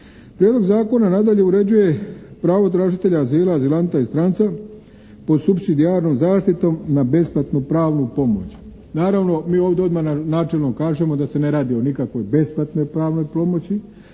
Prijedlog zakona nadalje uređuje pravo tražitelja azila, azilanta i stranca pod supsidijarnom zaštitom na besplatnu pravnu pomoć. Naravno mi ovdje odmah načelno kažemo da se ne radi o nikakvoj besplatnoj pravnoj pomoći